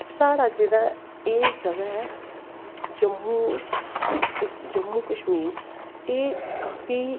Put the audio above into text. साढ़ा जेह्ड़ा एह् जगा ऐ जम्मू कश्मीर एह् काफी